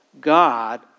God